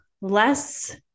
less